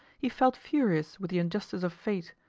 he felt furious with the injustice of fate,